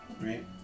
Right